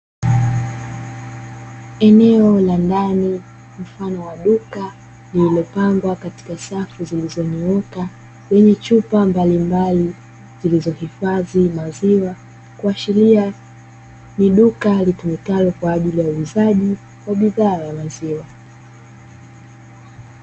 Eneo la ndani mfano wa duka lililopangwa katika safu zilizonyooka; lenye chupa mbalimbali zilizohifadhi maziwa kuashiria ni duka litumikalo kwa ajili ya uuzaji wa bidhaa ya maziwa.